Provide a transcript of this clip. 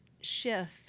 shift